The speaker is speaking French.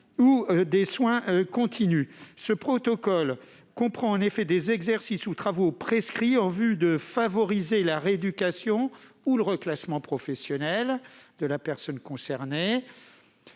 Ce protocole comprend des exercices ou travaux prescrits en vue de favoriser la rééducation ou le reclassement professionnel de la personne concernée.